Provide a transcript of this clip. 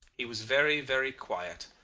he was very very quiet,